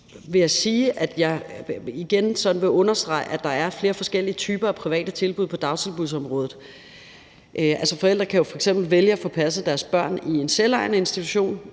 vil understrege, at der er flere forskellige typer af private tilbud på dagtilbudsområdet. Forældre kan jo f.eks. vælge at få passet deres børn i en selvejende institution,